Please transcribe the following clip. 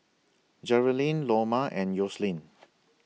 Jerilynn Loma and Yoselin